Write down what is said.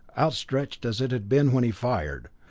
outstretched as it had been when he fired,